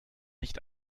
nicht